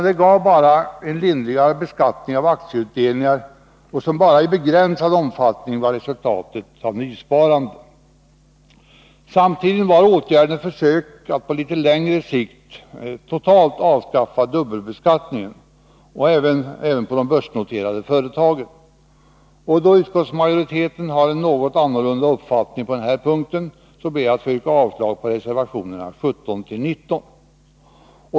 Den gav bara en lindrigare beskattning av aktieutdelningar som endast i begränsad omfattning var resultatet av nysparande. Samtidigt var åtgärden ett försök att på litet längre sikt totalt avskaffa dubbelbeskattningen även vad beträffar utdelning på aktier i de börsnoterade företagen. Då utskottsmajoriteten har en något annorlunda uppfattning på den här punkten, ber jag att få yrka avslag på reservationerna 17-19.